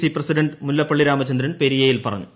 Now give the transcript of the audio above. C president Mullappally Ramachandran പെരിയയിൽ പറഞ്ഞു